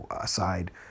aside